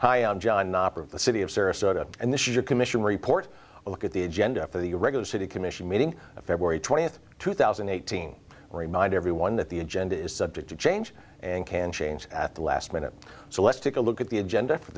the city of sarasota and this is your commission report a look at the agenda for the regular city commission meeting of february twentieth two thousand and eighteen remind everyone that the agenda is subject to change and can change at the last minute so let's take a look at the agenda for